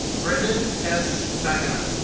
brendan s. nineman.